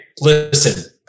listen